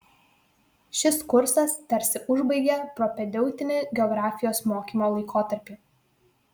šis kursas tarsi užbaigia propedeutinį geografijos mokymo laikotarpį